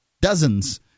dozens